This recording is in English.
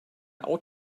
out